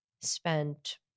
spent